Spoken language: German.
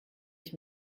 ich